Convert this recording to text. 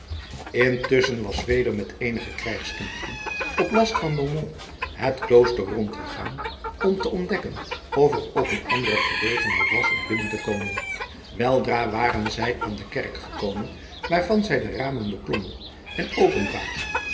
intusschen was zweder met eenige krijgsknechten op last van beaumont het klooster rondgegaan om te ontdekken of er ook een andere gelegenheid was om binnen te komen weldra waren zij aan de kerk gekomen waarvan zij de ramen beklommen en